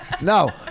No